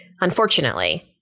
Unfortunately